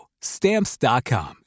Stamps.com